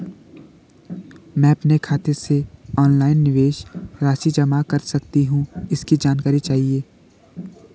मैं अपने खाते से ऑनलाइन निवेश राशि जमा कर सकती हूँ इसकी जानकारी चाहिए?